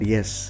Yes